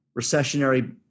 recessionary